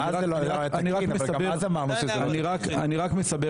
אני רק מסבר --- גם אז זה לא היה תקין,